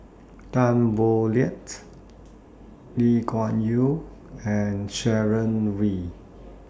Tan Boo Liat Lee Kuan Yew and Sharon Wee